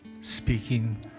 speaking